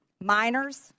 Minors